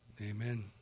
amen